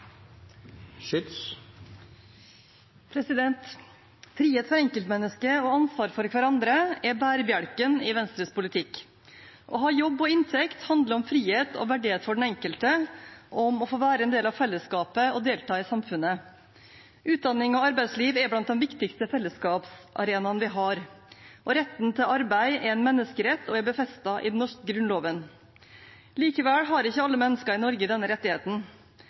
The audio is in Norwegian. bærebjelken i Venstres politikk. Å ha jobb og inntekt handler om frihet og verdighet for den enkelte og om å få være en del av fellesskapet og delta i samfunnet. Utdanning og arbeidsliv er blant de viktigste fellesskapsarenaene vi har, og retten til arbeid er en menneskerett og befestet i Grunnloven. Likevel har ikke alle mennesker i Norge denne rettigheten.